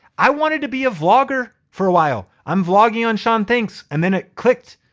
i wanted to be a vlogger for awhile. i'm vlogging on sean thinks, and then it clicked,